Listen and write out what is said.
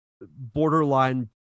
borderline